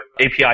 API